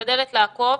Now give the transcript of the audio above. משתדלת לעקוב